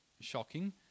shocking